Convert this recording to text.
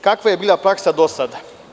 Kakva je bila praksa do sada?